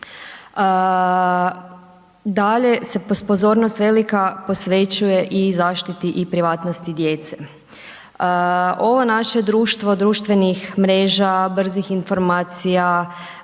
Dalje se pozornost velika posvećuje i zaštiti i privatnosti djece. Ovo naše društvo, društvenih mreža, brzih informacija,